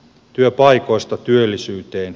työpaikoista työllisyyteen